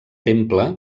temple